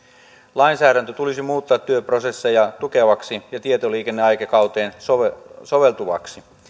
lainsäädäntö tulisi muuttaa työprosesseja tukevaksi ja tietoliikenneaikakauteen soveltuvaksi soveltuvaksi